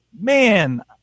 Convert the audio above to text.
Man